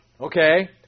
Okay